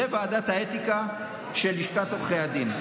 זו ועדת האתיקה של לשכת עורכי הדין.